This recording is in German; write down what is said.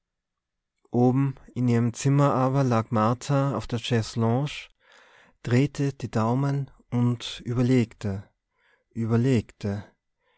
oben in ihrem zimmer aber lag martha auf der chaiselongue drehte die daumen und überlegte überlegte